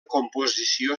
composició